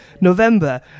november